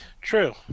True